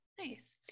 Nice